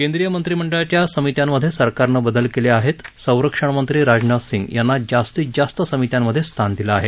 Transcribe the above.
केंद्रिय मंत्रिमंडळाच्या समित्यांमधे सरकारनं बदल केले आहेत संरक्षण मंत्री राजनाथ सिंग यांना जास्तीत जास्त समित्यांमधे स्थान दिलं आहे